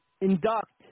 induct